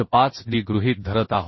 5 d गृहीत धरत आहोत